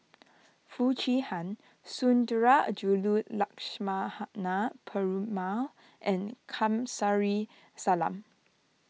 Foo Chee Han Sundarajulu Lakshmana Perumal and Kamsari Salam